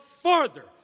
Farther